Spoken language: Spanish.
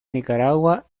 nicaragua